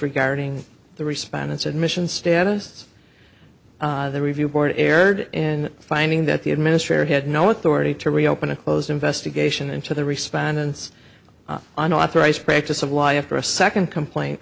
regarding the respondents admission status of the review board erred in finding that the administrator had no authority to reopen a closed investigation into the respondents unauthorized practice of law after a second complaint